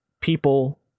people